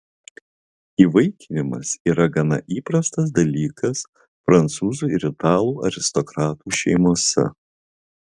įvaikinimas yra gana įprastas dalykas prancūzų ir italų aristokratų šeimose